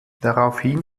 daraufhin